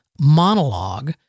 monologue